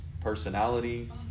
personality